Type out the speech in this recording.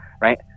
right